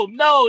no